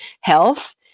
health